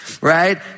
Right